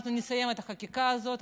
אנחנו נסיים את החקיקה הזאת.